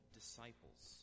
disciples